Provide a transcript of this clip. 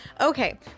Okay